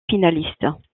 finalistes